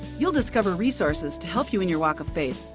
you'll discover resources to help you in your walk of faith.